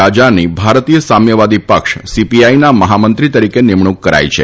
રાજાની ભારતીય સામ્યવાદી પક્ષ સીપીઆઈના મહામંત્રી તરીકે નિમણૂક કરાઈ છે